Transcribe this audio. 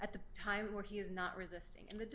at the time where he is not resisting in the